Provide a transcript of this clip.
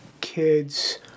kids